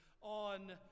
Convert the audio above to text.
on